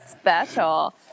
special